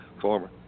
Former